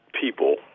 people